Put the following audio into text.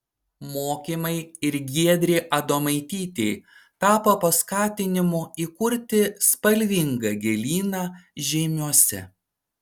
mokymai ir giedrei adomaitytei tapo paskatinimu įkurti spalvingą gėlyną žeimiuose